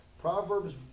Proverbs